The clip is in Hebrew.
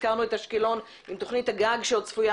הזכרנו את אשקלון עם תוכנית הגג שצפויה